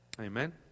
Amen